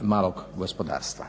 malog gospodarstva.